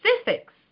specifics